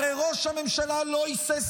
הרי ראש הממשלה לא היסס